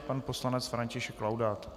Pan poslanec František Laudát.